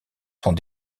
sont